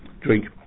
drink